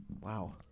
Wow